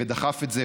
ודחף את זה,